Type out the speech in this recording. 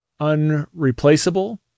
unreplaceable